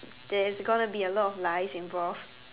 there's gonna be a lot of lies involved